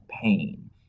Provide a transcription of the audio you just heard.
pain